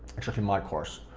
actually my course.